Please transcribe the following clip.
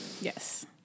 Yes